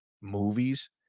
movies